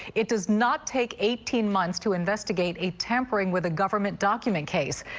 it does not take eighteen months to investigate a tampering with a government document case,